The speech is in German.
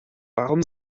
warum